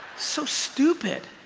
so stupid